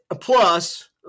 plus